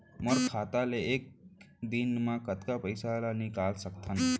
मोर खाता ले एक दिन म कतका पइसा ल निकल सकथन?